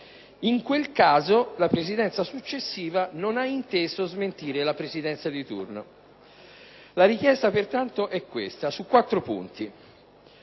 In quel caso, la Presidenza successiva non ha inteso smentire la Presidenza di turno. La richiesta pertanto è la seguente,